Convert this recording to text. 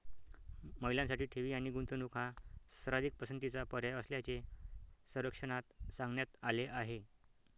महिलांसाठी ठेवी आणि गुंतवणूक हा सर्वाधिक पसंतीचा पर्याय असल्याचे सर्वेक्षणात सांगण्यात आले आहे